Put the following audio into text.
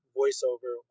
voiceover